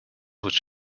which